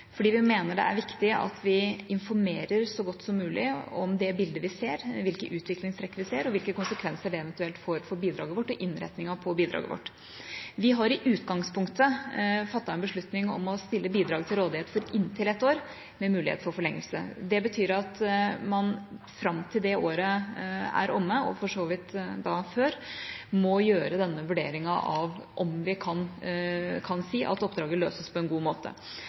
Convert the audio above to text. fordi vi mener det er viktig at vi informerer så godt som mulig om det bildet vi ser, hvilke utviklingstrekk vi ser, og hvilke konsekvenser det eventuelt får for bidraget vårt og innretninga på bidraget vårt. Vi har i utgangspunktet fattet en beslutning om å stille bidraget til rådighet for inntil ett år, med mulighet for forlengelse. Det betyr at man fram til det året er omme, og for så vidt før, må gjøre denne vurderinga av om vi kan si at oppdraget løses på en god måte.